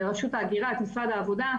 ההגירה, את משרד העבודה,